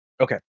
Okay